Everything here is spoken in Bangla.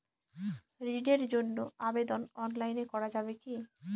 ঋণের জন্য আবেদন অনলাইনে করা যাবে কি?